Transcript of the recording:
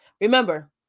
remember